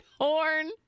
horn